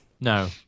no